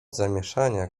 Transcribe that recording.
zamieszania